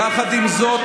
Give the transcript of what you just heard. יחד עם זאת,